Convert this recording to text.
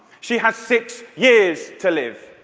she has six years to live.